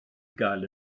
gael